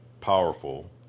powerful